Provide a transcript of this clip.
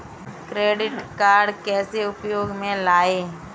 Credit card कैसे उपयोग में लाएँ?